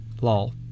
Lol